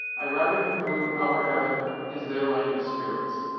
i rather conclude our heaven is their land of spirits,